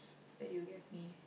that you gave me